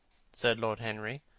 said lord henry,